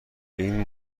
این